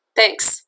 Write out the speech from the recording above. Thanks